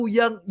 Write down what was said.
yang